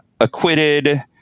acquitted